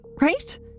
Right